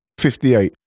58